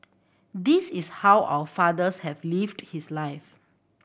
this is how our fathers has lived his life